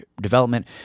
development